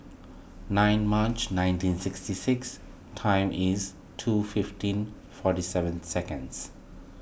nine March nineteen sixty six time is two fifteen forty seven seconds